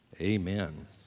Amen